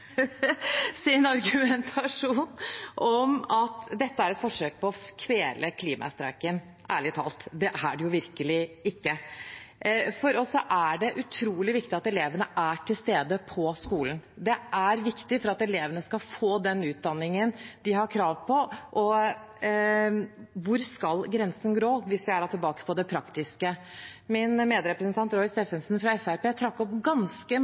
argumentasjon om at dette er et forsøk på å kvele klimastreiken: Ærlig talt, det er det virkelig ikke. For oss er det utrolig viktig at elevene er til stede på skolen. Det er viktig for at elevene skal få den utdanningen de har krav på. Og hvor skal grensen gå – hvis vi er tilbake på det praktiske? Min medrepresentant Roy Steffensen fra Fremskrittspartiet tok opp ganske